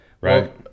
Right